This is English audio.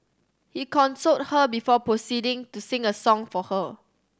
he consoled her before proceeding to sing a song for her